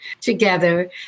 together